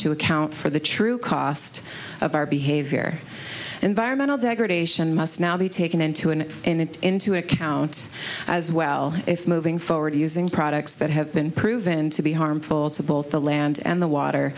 to account for the true cost of our behavior environmental degradation must now be taken into an into account as well if moving forward using products that have been proven to be harmful to both the land and the water